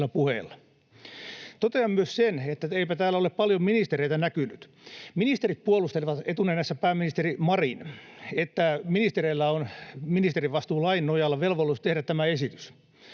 Totean myös sen, että eipä täällä ole paljon ministereitä näkynyt. Ministerit puolustelevat, etunenässä pääministeri Marin, että ministereillä on ministerivastuulain nojalla velvollisuus tehdä tämä esitys.